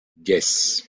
yes